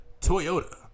Toyota